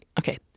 okay